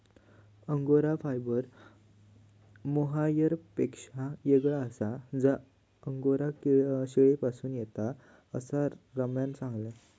angora fibre मोहायरपेक्षा येगळा आसा जा अंगोरा शेळीपासून येता, असा रम्यान सांगल्यान